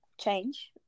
change